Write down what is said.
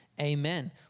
Amen